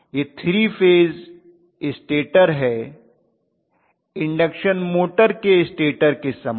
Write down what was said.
यह 3 phase stator है induction motor के स्टेटर के समान